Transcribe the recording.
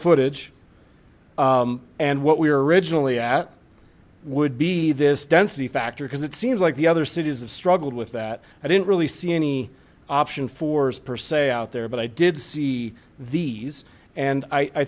footage and what we were originally at would be this density factor because it seems like the other cities have struggled with that i didn't really see any option four's per se out there but i did see these and i